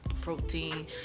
protein